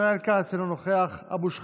ישראל כץ, אינו נוכח, אבו שחאדה,